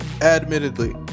Admittedly